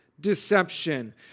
deception